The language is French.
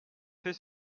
fait